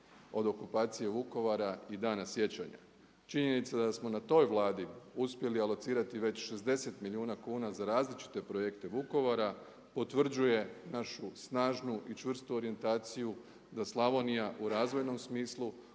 od okupacije Vukovara i dana sjećanja. Činjenica da smo na toj Vladi uspjeli alocirati već 60 milijuna kuna za različite projekte Vukovara potvrđuje našu snažnu i čvrstu orijentaciju da Slavonija u razvojnom smislu